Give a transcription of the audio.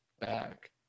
back